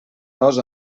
dos